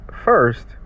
first